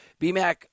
BMAC